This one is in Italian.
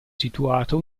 situato